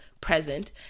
present